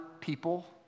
people